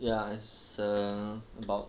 ya it's err about